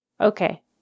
Okay